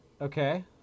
Okay